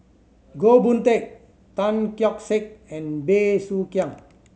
Goh Boon Teck Tan Keong Saik and Bey Soo Khiang